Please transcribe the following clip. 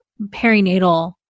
perinatal